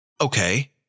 Okay